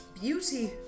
beauty